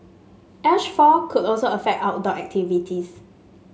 ash fall could also affect outdoor activities